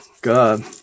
God